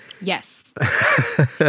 Yes